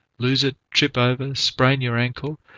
lose it, trip over and sprain your ankle,